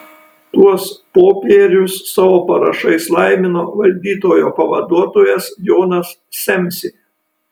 tuos popierius savo parašais laimino valdytojo pavaduotojas jonas semsė